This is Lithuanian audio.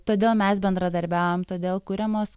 todėl mes bendradarbiavom todėl kuriamos